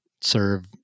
serve